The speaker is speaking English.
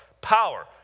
power